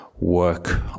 work